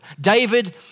David